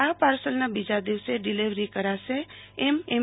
આ પાર્સલના બીજા દિવસે ડિલેવરી કરાશે એમ એમ